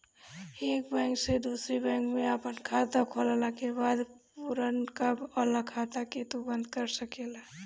एक बैंक से दूसरी बैंक में आपन खाता खोलला के बाद पुरनका वाला खाता के तू बंद कर सकेला